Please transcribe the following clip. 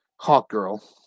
Hawkgirl